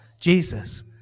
Jesus